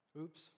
Oops